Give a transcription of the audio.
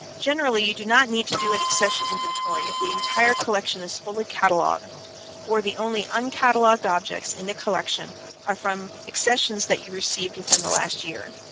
generally, you do not need to do an accession inventory if the entire collection is fully cataloged or the only uncataloged objects in the collection are from accessions that you received within the last year.